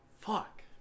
Fuck